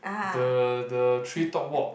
the the treetop walk